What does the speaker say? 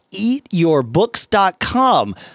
eatyourbooks.com